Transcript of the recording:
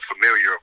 familiar